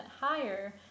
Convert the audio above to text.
higher